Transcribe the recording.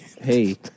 hey